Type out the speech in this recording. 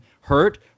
hurt